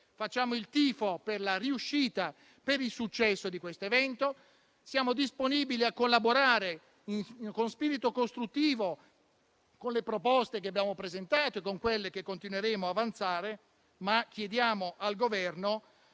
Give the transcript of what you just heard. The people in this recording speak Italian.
Facciamo il tifo per la riuscita e per il successo di questo evento. Siamo disponibili a collaborare con spirito costruttivo, con le proposte che abbiamo presentato e con quelle che continueremo ad avanzare, ma chiediamo al Governo